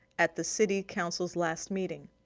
at the city council's last meeting.